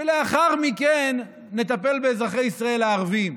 ולאחר מכן נטפל באזרחי ישראל הערבים.